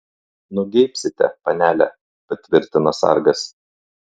nugeibsite panele patvirtino sargas